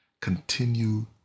Continue